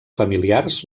familiars